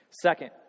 Second